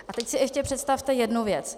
A teď si ještě představte jednu věc.